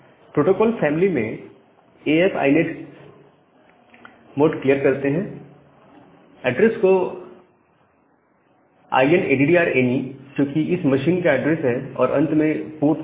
protocol family में A F I net कॉमेडी clear करते हैं एड्रेस को INADDR ANY जो कि इस मशीन का एड्रेस है और अंत में पोर्ट नंबर